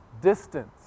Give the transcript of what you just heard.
Distance